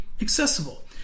accessible